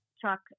truck